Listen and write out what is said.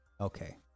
Okay